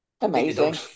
Amazing